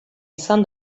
izan